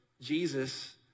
Jesus